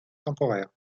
temporaires